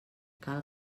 cal